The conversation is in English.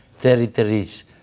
territories